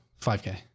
5k